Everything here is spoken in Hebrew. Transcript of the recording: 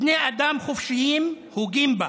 בני אדם חופשיים הוגים בה"